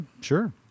Sure